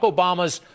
Obama's